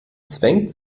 zwängt